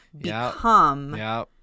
become